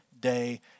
day